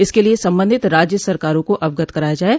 इसके लिये संबंधित राज्य सरकारों को अवगत कराया जाये